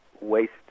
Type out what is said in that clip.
waste